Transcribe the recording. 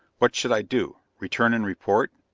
what should i do? return and report?